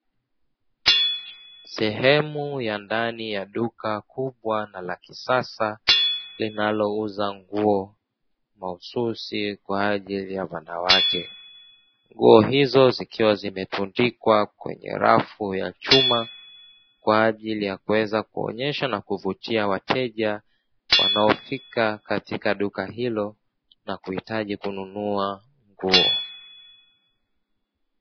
Sehemu ya ndani ya duka kubwa na la kisasa linalouza nguo mahususi kwaajili ya wanawake. Nguo hizo zikiwa zimetundikwa kwenye rafu ya chuma kwaajili yakuweza kuonyesha na kuvutia wateja wanaofika katika duka hilo na kuhitaji kununua nguo.